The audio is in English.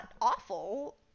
awful